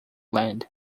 land